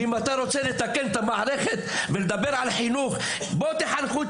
אם אתה רוצה לתקן את המערכת ולדבר על חינוך אז כדאי שתחנכו את